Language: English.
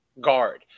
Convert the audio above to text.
guard